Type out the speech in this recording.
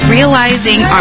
Realizing